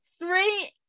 three